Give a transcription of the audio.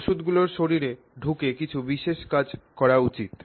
ওষুধগুলোর শরীরে ঢুকে কিছু বিশেষ কাজ করা উচিত